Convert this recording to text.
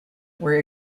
were